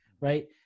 right